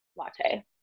latte